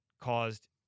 caused